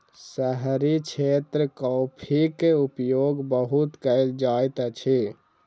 शहरी क्षेत्र मे कॉफ़ीक उपयोग बहुत कयल जाइत अछि